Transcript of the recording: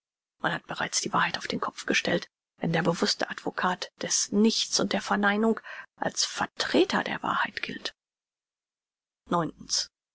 man hat bereits die wahrheit auf den kopf gestellt wenn der bewußte advokat des nichts und der verneinung als vertreter der wahrheit gilt